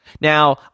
Now